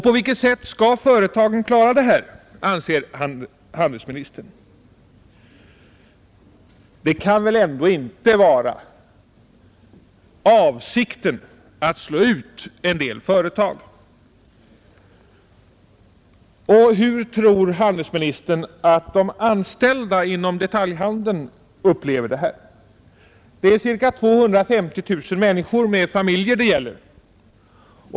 På vilket sätt anser handelsministern att företagen skall klara detta? Det kan väl ändå inte vara avsikten att slå ut en del företag. Och hur tror handelsministern att de anställda inom detaljhandeln upplever det här? Det är ca 250 000 människor med familjer det gäller.